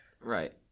Right